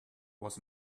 was